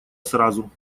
сразу